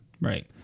Right